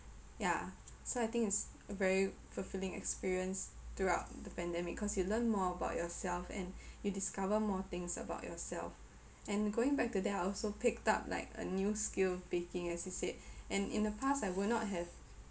ya so I think it's a very fulfilling experience throughout the pandemic cause you learn more about yourself and you discover more things about yourself and going back to that I also picked up like a new skill baking as you said and in the past I will not have